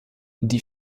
die